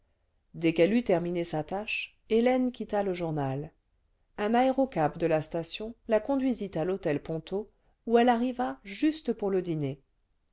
dès qu'elle eut terminé sa tâche hélène quitta le journal un aérocab de la station la conduisit à l'hôtel ponto où elle arriva juste pour le dîner